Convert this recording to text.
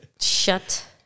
Shut